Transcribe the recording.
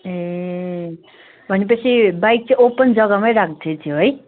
ए भनेपछि बाइक चाहिँ ओपन जग्गामै राख्दैथ्यो है